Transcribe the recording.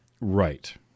right